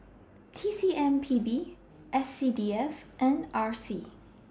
T C M P B S C D F and R C